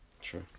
sure